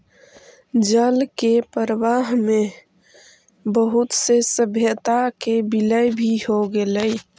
जल के प्रवाह में बहुत से सभ्यता के विलय भी हो गेलई